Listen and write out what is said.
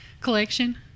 collection